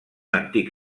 antic